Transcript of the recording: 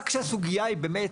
רק כשהסוגייה היא באמת